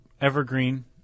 evergreen